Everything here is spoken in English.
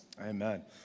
Amen